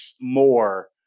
more